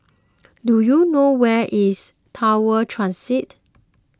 do you know where is Tower Transit